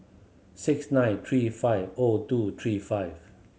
six nine three five O two three five